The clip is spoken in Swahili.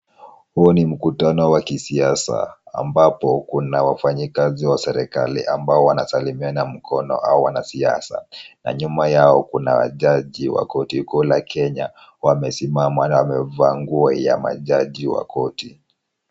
Huo ni mkutano wa kisiasa ambapo kuna wafanyikazi wa serikali ambao wana salimiana mkono au wanasiasa, na nyuma yao kuna jaji wa koti kuu la Kenya. Wamesimama na wamevaa nguo ya majaji wa koti.